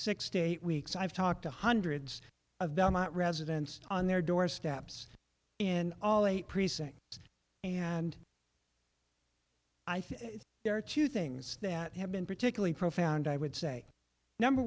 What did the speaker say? six to eight weeks i've talked to hundreds of residents on their doorsteps in all eight precincts and i think there are two things that have been particularly profound i would say number